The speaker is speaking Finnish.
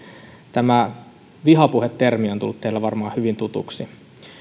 tämä vihapuhe termi on tullut teille varmaan hyvin tutuksi